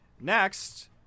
Next